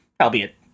albeit